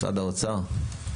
משרד האוצר?